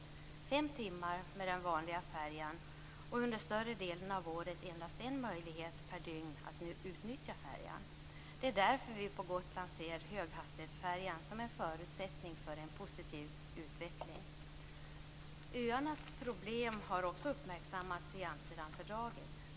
Det tar fem timmar med den vanliga färjan, och under större delen av året finns endast en möjlighet per dygn att utnyttja färjan. Det är därför vi på Gotland ser höghastighetsfärjan som en förutsättning för en positiv utveckling. Öarnas problem har också uppmärksammats i Amsterdamfördraget.